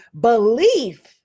belief